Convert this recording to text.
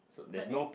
but then